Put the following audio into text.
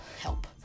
help